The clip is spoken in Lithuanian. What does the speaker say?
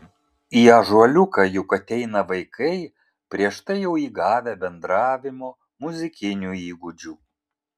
į ąžuoliuką juk ateina vaikai prieš tai jau įgavę bendravimo muzikinių įgūdžių